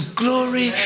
glory